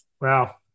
Wow